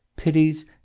pities